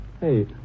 Hey